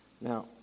Now